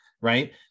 right